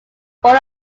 border